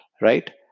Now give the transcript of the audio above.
right